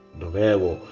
dovevo